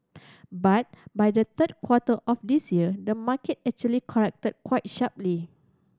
but by the third quarter of this year the market actually corrected quite sharply